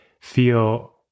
feel